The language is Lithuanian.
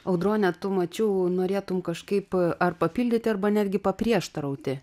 audrone tu mačiau norėtum kažkaip ar papildyti arba netgi paprieštarauti